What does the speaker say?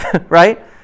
right